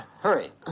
Hurry